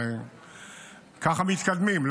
הרי ככה מתקדמים,